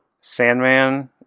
Sandman